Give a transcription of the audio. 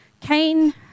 Cain